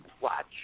Watch